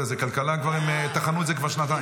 כלכלה טחנו את זה כבר שנתיים.